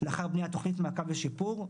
לאחר בניית תוכנית מעקב לשיפור.